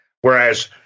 whereas